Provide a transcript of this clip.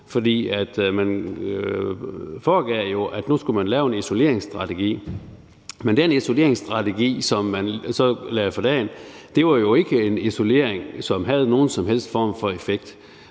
for man foregav jo, at nu skulle man lave en isoleringsstrategi, men den isoleringsstrategi, som man så lagde for dagen, førte jo ikke til en isolering, som havde nogen som helst form for effekt.